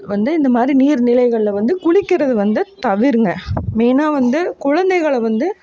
வந்து இந்தமாதிரி நீர்நிலைகளில் வந்து குளிக்கிறது வந்து தவிருங்க மெயினாக வந்து குழந்தைகள வந்து